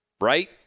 right